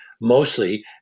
mostly